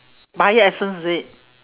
bio essence is it